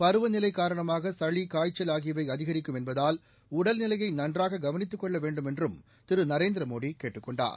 பருவநிலை காரணமாக சளி காய்ச்சல் ஆகியவை அதிகிி்கும் என்பதால் உடல்நிலையை நன்றாக கவனித்துக் கொள்ள வேண்டுமென்றும் திரு நரேந்திரமோடி கேட்டுக் கொண்டார்